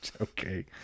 Okay